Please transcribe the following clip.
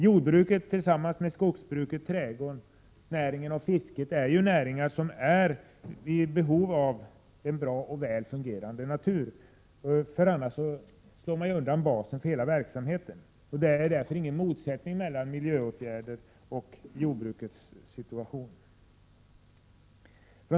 Jordbruket tillsammans med skogsbruket, trädgårdsnäringen och fisket är näringar som är i behov av en bra och väl fungerande natur — annars slås basen för hela verksamheten undan. Det råder därför ingen motsättning mellan miljöåtgärder och jordbrukets situation.